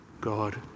God